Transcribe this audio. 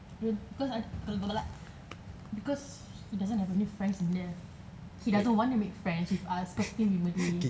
because because he doesn't have any friends in there he doesn't want to make friends with us because we malay